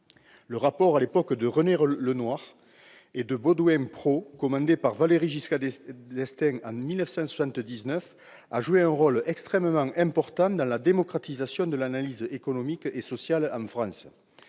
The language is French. Le rapport de René Lenoir et de Baudouin Prot, commandé par Valéry Giscard d'Estaing en 1979, a joué un rôle extrêmement important dans la démocratisation de l'analyse économique et sociale en France.